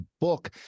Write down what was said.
book